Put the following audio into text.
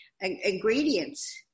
ingredients